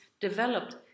developed